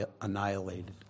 annihilated